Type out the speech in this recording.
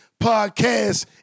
podcast